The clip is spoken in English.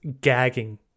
gagging